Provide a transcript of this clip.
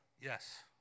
Yes